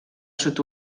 sud